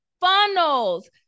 funnels